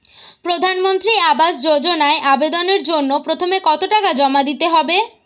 প্রধানমন্ত্রী আবাস যোজনায় আবেদনের জন্য প্রথমে কত টাকা জমা দিতে হবে?